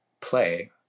play